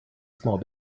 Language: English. small